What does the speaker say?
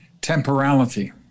temporality